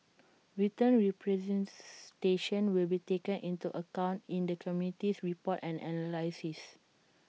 written representations will be taken into account in the committee's report and analysis